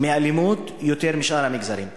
ומאלימות יותר משאר המגזרים?